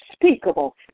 unspeakable